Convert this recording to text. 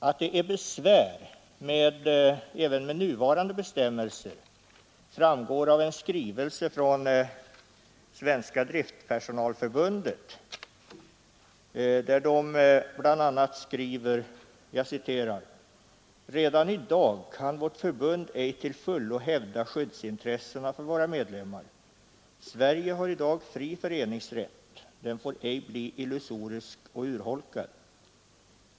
Att det är besvärligt även med nuvarande bestämmelser framgår av en skrivelse från Svenska driftpersonalförbundet, där man bl.a. skriver: ”Redan i dag kan vårt förbund ej till fullo hävda skyddsintressena för våra medlemmar. Sverige har idag fri föreningsrätt. Den får ej bli illusorisk och urholkad.